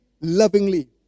lovingly